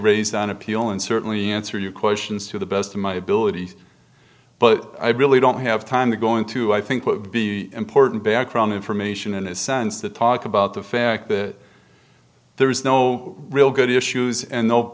raise on appeal and certainly answer your questions to the best of my ability but i really don't have time to go into i think would be important background information in a sense to talk about the fact that there is no real good issues and